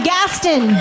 Gaston